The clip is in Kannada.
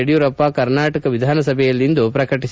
ಯಡಿಯೂರಪ್ಪ ಕರ್ನಾಟಕ ವಿಧಾನಸಭೆಯಲ್ಲಿಂದು ಪ್ರಕಟಟದರು